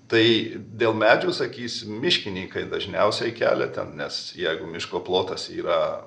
tai dėl medžių sakysim miškininkai dažniausiai kelia ten nes jeigu miško plotas yra